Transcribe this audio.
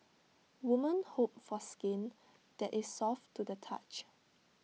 women hope for skin that is soft to the touch